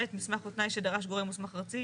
ב' מסמך או תנאי שדרש גורם מוסמך ארצי